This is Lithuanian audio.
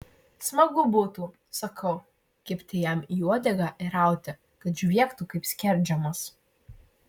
smagu būtų sakau kibti jam į uodegą ir rauti kad žviegtų kaip skerdžiamas